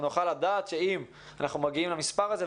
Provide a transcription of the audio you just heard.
אנחנו צריכים לדעת שאם אנחנו מגיעים למספר הזה,